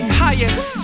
highest